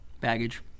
Baggage